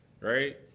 right